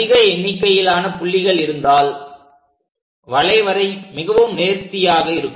அதிக எண்ணிக்கையிலான புள்ளிகள் இருந்தால் வளைவரை மிகவும் நேர்த்தியாக இருக்கும்